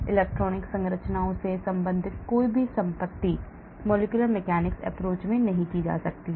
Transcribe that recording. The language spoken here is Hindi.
इलेक्ट्रॉनिक संरचनाओं से संबंधित कोई भी संपत्ति molecular mechanic's approach से नहीं की जा सकती है